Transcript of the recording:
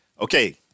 Okay